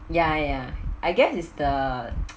ya ya I guess is the